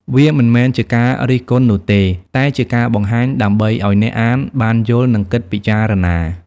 វាមិនមែនជាការរិះគន់នោះទេ តែជាការបង្ហាញដើម្បីឲ្យអ្នកអានបានយល់ និងគិតពិចារណា។